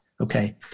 Okay